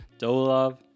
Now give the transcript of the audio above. Dolov